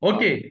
Okay